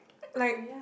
like